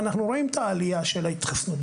אנחנו רואים את העלייה של ההתחסנות.